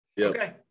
Okay